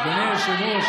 והשקרנות אצלכם.